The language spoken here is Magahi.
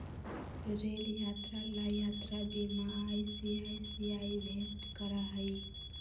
रेल यात्रा ला यात्रा बीमा आई.सी.आई.सी.आई भेंट करा हई